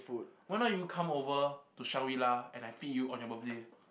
why not you come over to Shangri-La and I feed you on your birthday